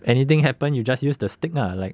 anything happen you just use the stick lah like